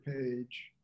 page